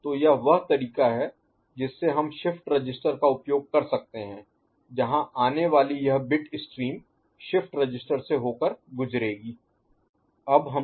तो यह वह तरीका है जिससे हम शिफ्ट रजिस्टर का उपयोग कर सकते हैं जहां आने वाली यह बिट स्ट्रीम शिफ्ट रजिस्टर से होकर गुजरेगी